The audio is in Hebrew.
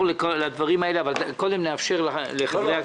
לכל הדברים האלה אבל קודם נאפשר לחברי הכנסת,